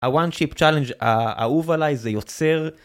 הוואן שיפ צ'אלנג' האהוב עלי זה יוצר.